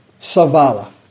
Savala